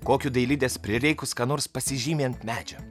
kokiu dailidės prireikus ką nors pasižymi ant medžio